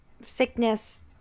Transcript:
sickness